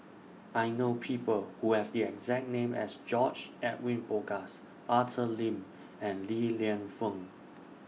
I know People Who Have The exact name as George Edwin Bogaars Arthur Lim and Li Lienfung